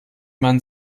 man